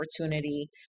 opportunity